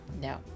No